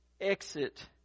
exit